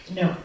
no